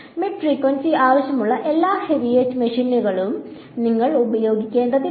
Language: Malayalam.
മിഡ് ഫ്രീക്വൻസി ആവശ്യമുള്ള എല്ലാ ഹെവിവെയ്റ്റ് മെഷിനറികളും നിങ്ങൾ ഉപയോഗിക്കേണ്ടതില്ല